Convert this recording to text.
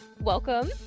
Welcome